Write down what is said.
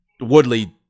Woodley